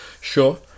sure